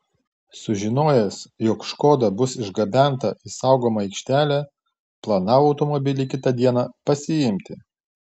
sužinojęs jog škoda bus išgabenta į saugomą aikštelę planavo automobilį kitą dieną pasiimti